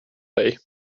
dig